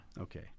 Okay